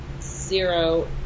Zero